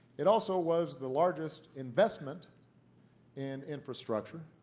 it also was the largest investment in infrastructure